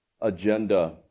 agenda